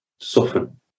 soften